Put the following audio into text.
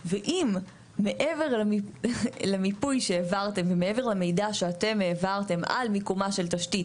ואם מעבר למיפוי שהעברתם ומעבר למידע שאתם העברתם על מיקום של תשתית,